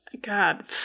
God